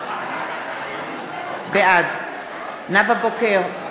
בעד נאוה בוקר,